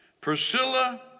Priscilla